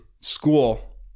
school